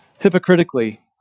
hypocritically